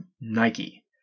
Nike